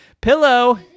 Pillow